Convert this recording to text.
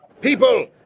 People